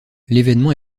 l’événement